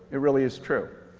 it really is true.